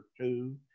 two